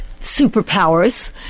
superpowers